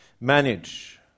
manage